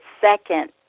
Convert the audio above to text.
second